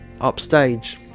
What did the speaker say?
upstage